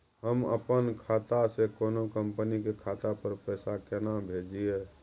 हम अपन खाता से कोनो कंपनी के खाता पर पैसा केना भेजिए?